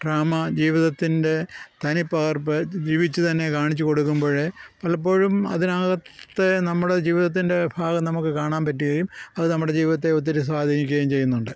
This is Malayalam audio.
ഡ്രാമ ജീവിതത്തിൻ്റെ തനിപ്പകർപ്പ് ജീവിച്ചു തന്നെ കാണിച്ച് കൊടുക്കുമ്പഴ് പലപ്പോഴും അതിനകത്തെ നമുടെ ജീവിതത്തിൻ്റെ ഭാഗം നമുക്ക് കാണാൻ പറ്റുകയും അത് നമ്മുടെ ജീവിതത്തെ ഒത്തിരി സ്വാധീനിക്കുകയും ചെയ്യിന്നൊണ്ട്